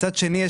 מצד שני,